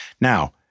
Now